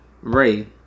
Ray